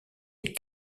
est